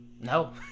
No